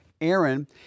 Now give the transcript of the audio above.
Aaron